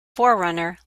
forerunner